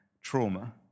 trauma